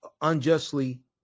unjustly